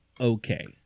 okay